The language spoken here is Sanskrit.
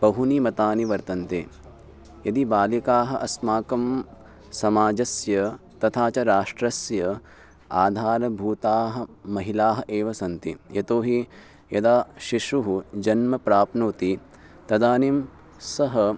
बहूनि मतानि वर्तन्ते यदि बालिकाः अस्माकं समाजस्य तथा च राष्ट्रस्य आधारभूताः महिलाः एव सन्ति यतो हि यदा शिशुः जन्म प्राप्नोति तदानीं सः